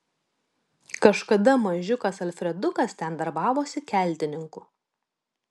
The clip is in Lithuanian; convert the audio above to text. kažkada mažiukas alfredukas ten darbavosi keltininku